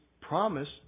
promised